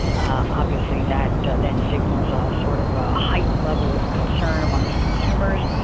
obviously, that then signals a sort of ah heightened level of concern amongst consumers.